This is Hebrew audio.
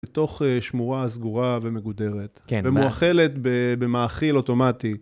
תוך שמורה סגורה ומגודרת ומואכלת במאכיל אוטומטי.